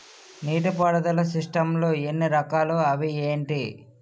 నీటిపారుదల సిస్టమ్ లు ఎన్ని రకాలు? అవి ఏంటి?